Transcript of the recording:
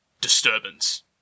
disturbance